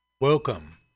Welcome